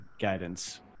guidance